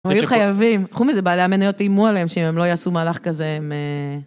הם היו חייבים, חוץ מזה בעלי המנייות איימו עליהם שאם הם לא יעשו מהלך כזה הם אה...